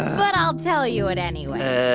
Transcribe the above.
but i'll tell you it anyway.